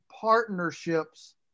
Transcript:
partnerships